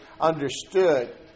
understood